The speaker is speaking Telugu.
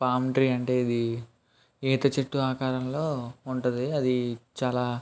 పామ్ ట్రీ అంటే ఇది ఈత చెట్టు ఆకారంలో ఉంటుంది అది చాలా